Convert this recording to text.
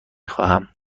خواهم